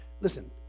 Listen